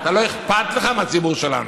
לא אכפת לך מהציבור שלנו.